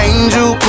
Angel